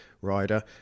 rider